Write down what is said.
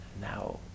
Now